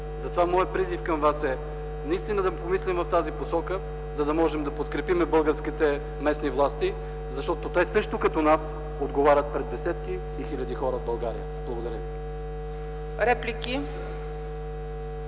Затова моят призив към вас е наистина да помислим в тази посока, за да можем да подкрепим българските местни власти. Те също като нас отговарят пред десетки и хиляди хора в България. Благодаря ви.